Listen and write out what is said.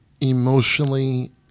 emotionally